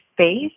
space